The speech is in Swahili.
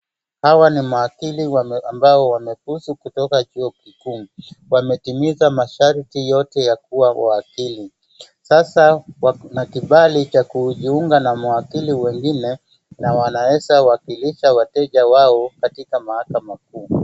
Hawa ni mawakili ambao wamefuzu kutoka chuo kikuu. Wametimiza masharti yote ya kuwa wakili, sasa Wana kibali cha kujiunga na mawakili wengine na wanaweza wakilisha wateja wao katika mahakama kuu.